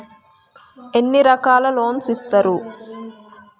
ఎన్ని రకాల లోన్స్ ఇస్తరు?